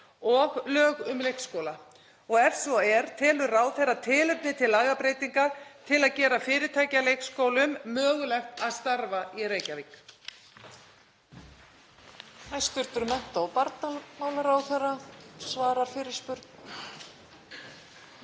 og lög um leikskóla. Og ef svo er, telur ráðherra tilefni til lagabreytinga til að gera fyrirtækjaleikskólum mögulegt að starfa í Reykjavík?